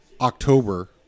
October